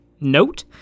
note